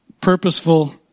purposeful